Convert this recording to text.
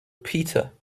peter